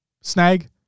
Snag